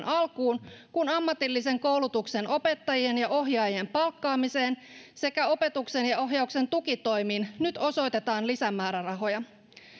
alkuun kun ammatillisen koulutuksen opettajien ja ohjaajien palkkaamiseen sekä opetuksen ja ohjauksen tukitoimiin nyt osoitetaan lisämäärärahoja